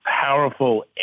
powerful